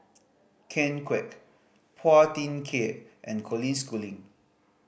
Ken Kwek Phua Thin Kiay and Colin Schooling